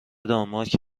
دانمارک